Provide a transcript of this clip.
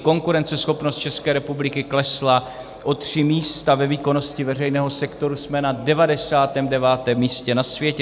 Konkurenceschopnost České republiky klesla o tři místa, ve výkonnosti veřejného sektoru jsme na 99. místě na světě.